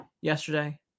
yesterday